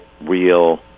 real